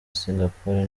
singapore